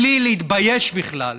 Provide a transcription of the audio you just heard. בלי להתבייש בכלל,